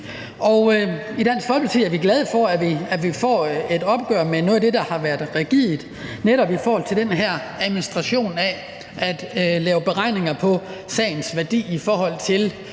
I Dansk Folkeparti er vi glade for, at vi får et opgør med noget af det, der har været rigidt ved netop den her administration af, hvordan man laver beregninger af retssagens værdi i forhold til